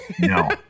No